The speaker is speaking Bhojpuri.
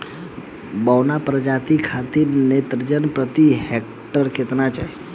बौना प्रजाति खातिर नेत्रजन प्रति हेक्टेयर केतना चाही?